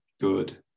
good